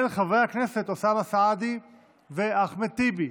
של חברי כנסת אוסאמה סעדי ואחמד טיבי.